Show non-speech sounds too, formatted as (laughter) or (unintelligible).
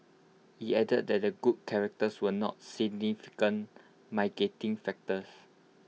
he added that their good characters were not significant (unintelligible) factors